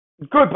Goodbye